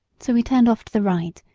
so we turned off to the right,